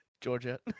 Georgia